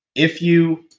if you